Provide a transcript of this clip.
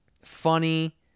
funny